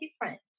different